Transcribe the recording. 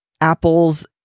Apple's